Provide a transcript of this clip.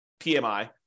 PMI